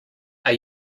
are